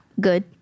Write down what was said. Good